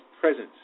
presence